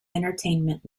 entertainment